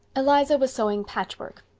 eliza was sewing patchwork,